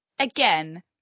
Again